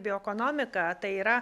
bioekonomika tai yra